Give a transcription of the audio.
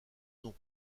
noms